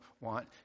want